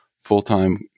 full-time